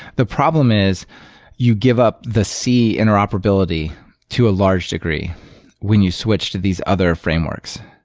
the problem is you give up the c interoperability to a large degree when you switch to these other frameworks.